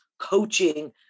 coaching